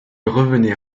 revenait